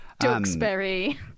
Duxbury